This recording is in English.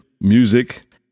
music